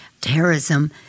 terrorism